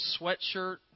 sweatshirt